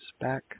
back